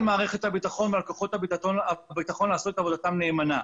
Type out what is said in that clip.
מערכת הביטחון ועל כוחות הביטחון לעשות את עבודתם נאמנה,